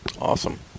awesome